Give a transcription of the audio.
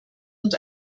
und